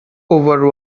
over